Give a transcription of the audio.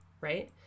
right